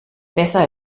besser